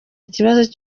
ikibazo